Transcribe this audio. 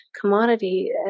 commodity